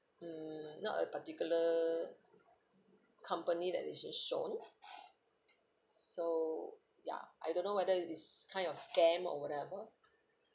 mm not a particular company that it is shown so ya I don't know whether it's kind of scam or whatever